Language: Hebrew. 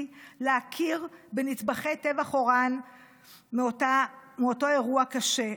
להכיר בנטבחי טבח אוראן מאותו אירוע קשה,